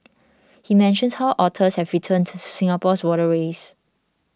he mentions how otters have returned to Singapore's waterways